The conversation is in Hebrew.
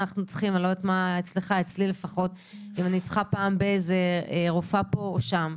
ואני לא יודע מה אצלך אבל אצלי לפחות אם אני צריכה פעם רופא פה או שם.